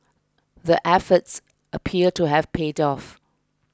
the efforts appear to have paid off